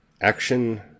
Action